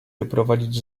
doprowadzić